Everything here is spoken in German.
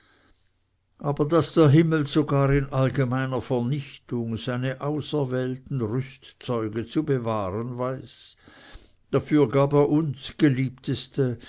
aber daß der himmel sogar in allgemeiner vernichtung seine auserwählten rüstzeuge zu bewahren weiß dafür gab er uns geliebteste